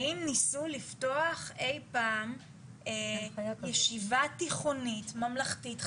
האם ניסו לפתוח אי פעם ישיבה תיכונית ממלכתית חרדית?